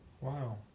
wow